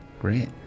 Great